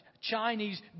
Chinese